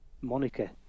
Monica